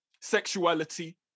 sexuality